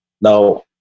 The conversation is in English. Now